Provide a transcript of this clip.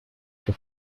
que